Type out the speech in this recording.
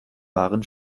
waren